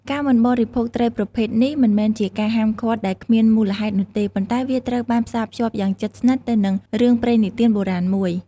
ការមិនបរិភោគត្រីប្រភេទនេះមិនមែនជាការហាមឃាត់ដែលគ្មានមូលហេតុនោះទេ ប៉ុន្តែវាត្រូវបានផ្សារភ្ជាប់យ៉ាងជិតស្និទ្ធទៅនឹងរឿងព្រេងនិទានបុរាណមួយ។